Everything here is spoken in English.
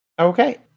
Okay